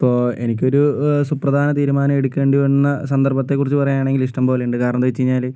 ഇപ്പോൾ എനിക്കൊരു സുപ്രധാന തീരുമാനം എടുക്കണ്ടി വന്ന സന്ദർഭത്തെക്കുറിച്ച് പറയുവാണെങ്കില് ഇഷ്ട്ടം പോലെയുണ്ട് കാരണം എന്താന്ന് വച്ച് കഴിഞ്ഞാല്